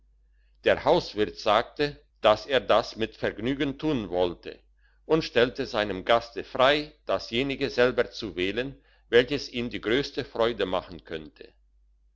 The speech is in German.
der hauswirt sagte dass er das mit vergnügen tun wollte und stellte seinem gaste frei dasjenige selber zu wählen welches ihm die grösste freude machen könnte